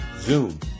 Zoom